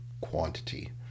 quantity